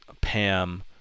Pam